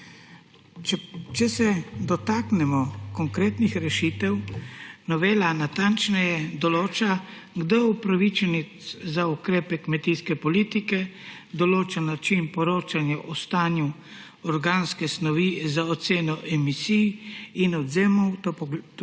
Če se dotaknemo konkretnih rešitev, novela natančneje določa, kdo je upravičenec za ukrepe kmetijske politike, določa način poročanja o stanju organske snovi za oceno emisij in odvzemov toplogrednih